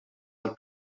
għall